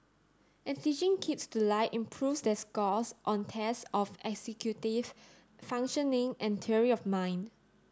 and teaching kids to lie improves their scores on tests of executive functioning and theory of mind